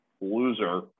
loser